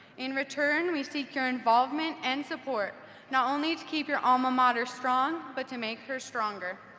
in return, we seek your involvement and support not only to keep your alma mater strong, but to make her stronger.